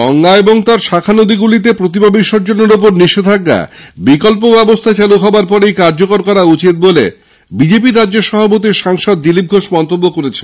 গঙ্গা ও তার শাখা নদীগুলিতে প্রতিমা বিসর্জনের ওপর নিষেধাজ্ঞা বিকল্প ব্যবস্থা হবার পরই কার্যকর করা উচিত বলে বিজেপি রাজ্য সভাপতি সাংসদ দিলীপ ঘোষ মন্তব্য করেছেন